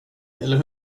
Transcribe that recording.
eller